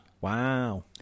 Wow